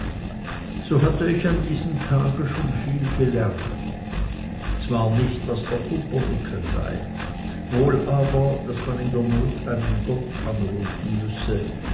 so hatte ich an diesem ersten tage schon viel gelernt zwar nicht was der pumpernickel sei wohl aber daß man in der not einen gott anrufen müsse